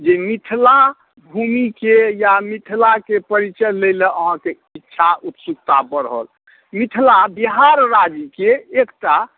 जे मिथिला भूमिके या मिथिलाके परिचय लै लए अहाँके उत्साह उत्सुकता बढ़ल मिथिला बिहार राज्यके एकटा